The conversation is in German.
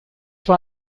war